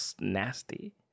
nasty